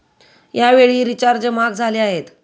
यावेळी रिचार्ज महाग झाले आहेत